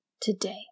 today